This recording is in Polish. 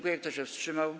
Kto się wstrzymał?